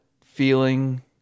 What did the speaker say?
feeling